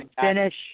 finish